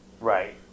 Right